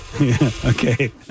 Okay